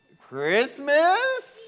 Christmas